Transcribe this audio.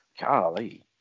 golly